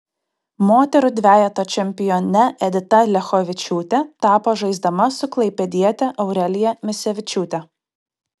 moterų dvejeto čempione edita liachovičiūtė tapo žaisdama su klaipėdiete aurelija misevičiūte